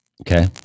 Okay